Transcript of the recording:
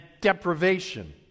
deprivation